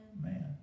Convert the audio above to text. man